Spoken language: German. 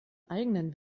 eigenen